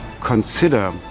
consider